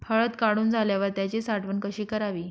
हळद काढून झाल्यावर त्याची साठवण कशी करावी?